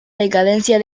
decadencia